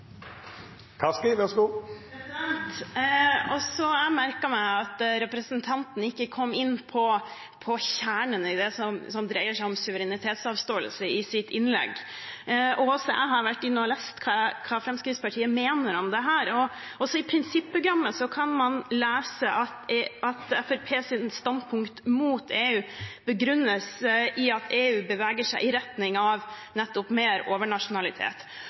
Jeg merket meg at representanten i sitt innlegg ikke kom inn på kjernen i det som dreier seg om suverenitetsavståelse. Også jeg har vært inne og lest hva Fremskrittspartiet mener om dette, og i prinsipprogrammet kan man lese at Fremskrittspartiets standpunkt mot EU begrunnes i at EU beveger seg i retning av nettopp mer overnasjonalitet.